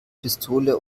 pistole